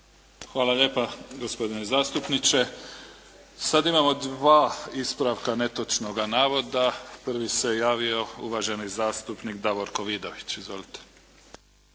Hvala lijepa gospodine zastupniče. Sad imamo dva ispravka netočnoga navoda. Prvi se javio uvaženi zastupnik Davorko Vidović. Izvolite.